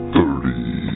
Thirty